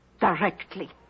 directly